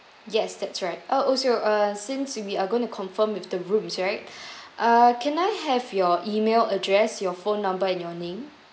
yes that's right oh also uh since you'd be are going to confirm with the rooms right uh can I have your email address your phone number and your name